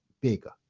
bigger